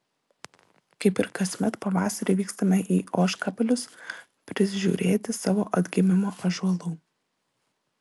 kaip ir kasmet pavasarį vykstame į ožkabalius prižiūrėti savo atgimimo ąžuolų